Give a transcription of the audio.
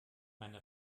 meine